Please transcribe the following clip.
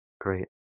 Great